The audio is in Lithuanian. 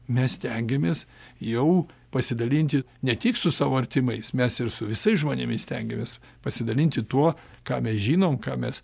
mes stengiamės jau pasidalinti ne tik su savo artimais mes ir su visais žmonėmis stengiamės pasidalinti tuo ką mes žinom ką mes